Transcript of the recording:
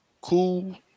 cool